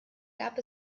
gab